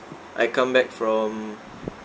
I come back from